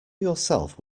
yourself